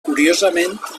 curiosament